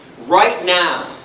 right now,